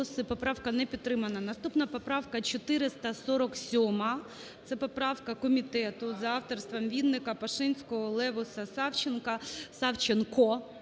Поправка не підтримана. Наступна поправка 447. Це поправка комітету за авторством Вінника, Пашинського, Левуса, Савченка…